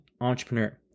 entrepreneur